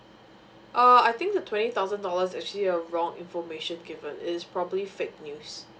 uh I think the twenty thousand dollars actually a wrong information given it's probably fake news